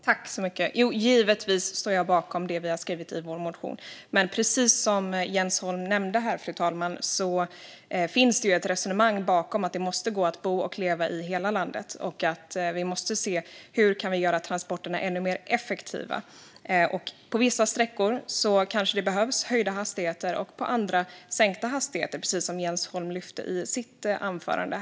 Fru talman! Givetvis står jag bakom det vi har skrivit i vår motion, men precis som Jens Holm nämnde här, fru talman, finns det ett resonemang bakom om att det måste gå att bo och leva i hela landet. Vi måste se på hur vi kan göra transporterna ännu mer effektiva. På vissa sträckor kanske det behövs höjda hastigheter och på andra sträckor sänkta hastigheter, precis som Jens Holm lyfte upp i sitt anförande.